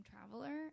traveler